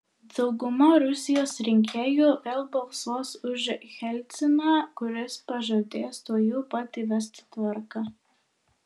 dauguma rusijos rinkėjų vėl balsuos už jelciną kuris pažadės tuojau pat įvesti tvarką